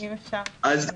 יודעת?